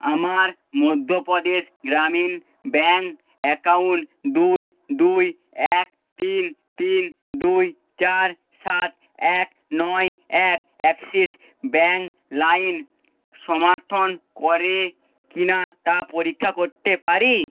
আমার Madhya Pradesh Gramin bank account দুই দুই এক তিন তিন দুই চার সাত এক নয় এক অ্যাক্সিস ব্যাঙ্ক লাইম সমার্থন করে কি না তা পরীক্ষা করতে পারি